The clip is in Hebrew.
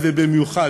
ובמיוחד,